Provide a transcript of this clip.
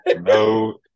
No